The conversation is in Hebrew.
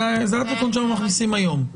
זה התיקון שאנחנו מכניסים היום.